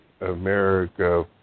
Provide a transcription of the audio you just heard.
America